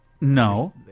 No